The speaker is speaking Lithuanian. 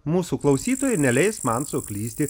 mūsų klausytojai neleis man suklysti